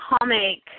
comic